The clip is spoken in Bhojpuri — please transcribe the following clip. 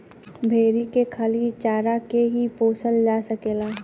भेरी के खाली चारा के ही पोसल जा सकेला